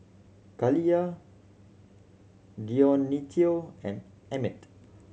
Kaliyah Dionicio and Emit